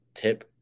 tip